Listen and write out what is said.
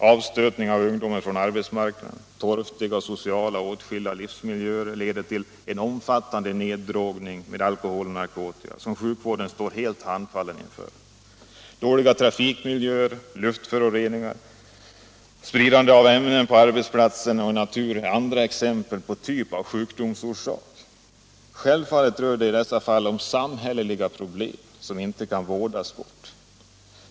Avstötningen av ungdomar från arbetsmarknaden samt torftiga och socialt åtskilda livsmiljöer leder till en omfattande nerdrogning med alkohol och narkotika, som sjukvården står handfallen inför. Dåliga trafikmiljöer, luftföroreningar samt spridning av farliga ämnen på arbetsplatser och i natur är andra exempel på denna typ av sjukdomsorsak. Självklart rör det sig i dessa fall om samhälleliga problem som inte kan vårdas bort.